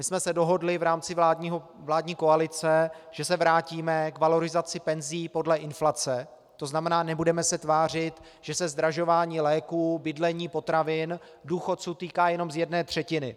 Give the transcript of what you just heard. My jsme se dohodli v rámci vládní koalice, že se vrátíme k valorizaci penzí podle inflace, to znamená nebudeme se tvářit, že se zdražování léků, bydlení a potravin důchodců týká jenom z jedné třetiny.